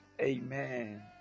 Amen